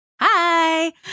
Hi